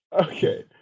Okay